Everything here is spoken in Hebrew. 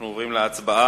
אנחנו עוברים להצבעה